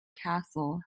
castle